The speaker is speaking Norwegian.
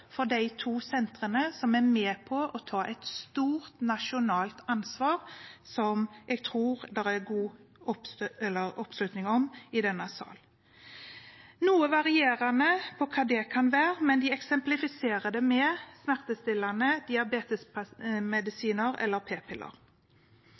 for de to sentrene, som er med på å ta et stort nasjonalt ansvar som jeg tror det er god oppslutning om i denne sal. Det er noe varierende hva det kan være, men de eksemplifiserer det med smertestillende,